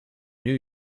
new